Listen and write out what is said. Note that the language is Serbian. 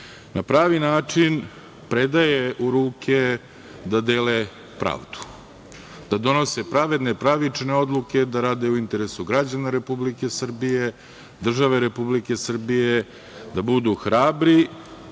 na pravi način predaje u ruke da dele pravdu. Da donose pravedne, pravične odluke, da rade u interesu građana Republike Srbije, države Republike Srbije, da budu hrabri,